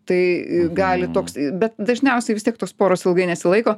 tai i gali toks i bet dažniausiai vis tiek tos poros ilgai nesilaiko